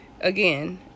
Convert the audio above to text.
Again